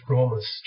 Romans